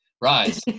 Rise